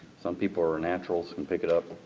some people are naturals, can pick it up,